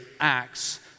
acts